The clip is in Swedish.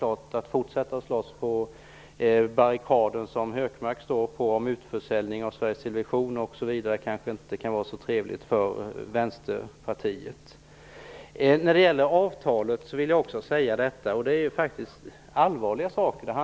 Att fortsätta att slåss på barrikaderna som Gunnar Hökmark står på om utförsäljning av Sveriges television osv. kanske inte är så trevligt för Vänsterpartiet. När det gäller avtalet handlar det om allvarliga saker.